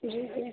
जी